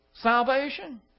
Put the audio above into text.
salvation